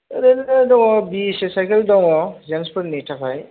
ओरैनो दङ बि एस एस सायखेल दङ जेन्सफोरनि थाखाय